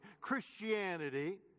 Christianity